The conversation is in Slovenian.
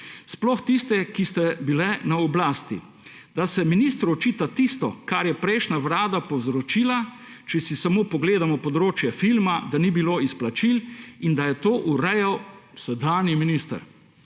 sploh tiste, ki ste bile na oblasti. Ker se ministru očita tisto, kar je prejšnja vlada povzročila, če si samo pogledamo področje filma, da ni bilo izplačil in da je to urejal sedanji minister,